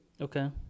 Okay